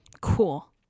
Cool